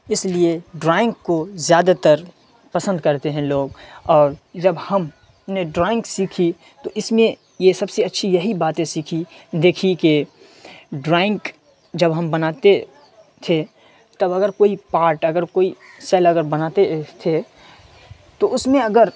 اس لیے ڈرائنگ کو زیادہ تر پسند کرتے ہیں لوگ اور جب ہم نے ڈرائنگ سیکھی تو اس میں یہ سب سے اچّھی یہی باتیں سیکھی دیکھی کہ ڈرائنگ جب ہم بناتے تھے تب اگر کوئی پارٹ اگر کوئی سل اگر بناتے تھے تو اس میں اگر